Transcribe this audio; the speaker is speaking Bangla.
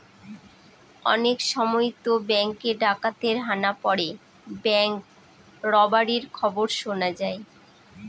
অনেক সময়তো ব্যাঙ্কে ডাকাতের হানা পড়ে ব্যাঙ্ক রবারির খবর শোনা যায়